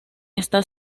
está